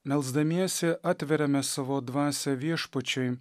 melsdamiesi atveriame savo dvasią viešpačiui